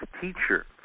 teacher